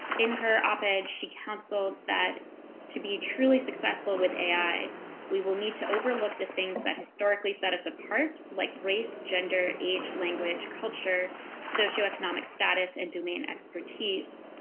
in her op-ed she counseled that to be truly successful with ai we will need to overlook the things that historically set us apart like race, gender, age, language, culture socioeconomic status and domaine expertise.